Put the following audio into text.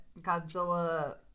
Godzilla